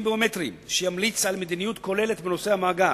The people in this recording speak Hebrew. ביומטריים שימליץ על מדיניות כוללת בנושא המאגר,